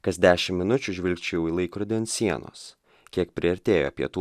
kas dešim minučių žvilgčiojau į laikrodį ant sienos kiek priartėjo pietų